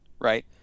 right